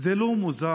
זה לא מוזר